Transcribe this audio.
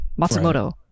matsumoto